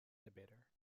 debater